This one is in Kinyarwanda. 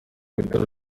bitaro